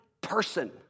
person